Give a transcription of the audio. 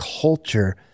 culture